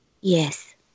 Yes